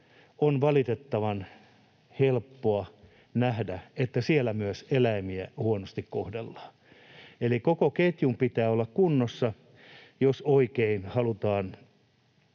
on valitettavan helppoa nähdä, että siellä myös eläimiä huonosti kohdellaan. Koko ketjun pitää olla kunnossa, jos oikein halutaan